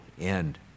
end